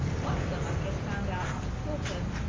one of them, i've just found out on the tooltip,